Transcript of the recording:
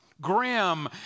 grim